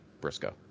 Briscoe